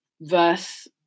verse